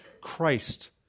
Christ